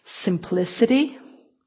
simplicity